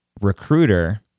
recruiter